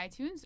iTunes